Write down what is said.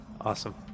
Awesome